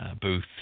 Booth